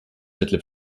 detlef